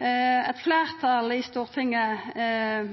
Eit fleirtal i Stortinget